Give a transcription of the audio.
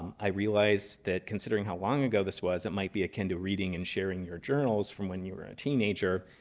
i realize that considering how long ago this was, it might be akin to reading and sharing your journals from when you were a teenager.